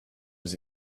was